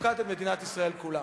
ותוקעת את מדינת ישראל כולה.